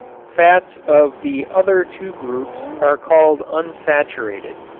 fats of the other two groups are called unsaturated.